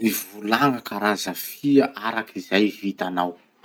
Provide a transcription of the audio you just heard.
Mivolagna karaza fia araky izay vitanao.